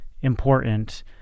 important